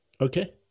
Okay